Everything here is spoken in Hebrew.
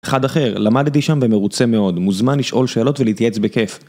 אחד אחר, למדתי שם ומרוצה מאוד, מוזמן לשאול שאלות ולהתייעץ בכיף.